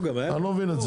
לא מבין.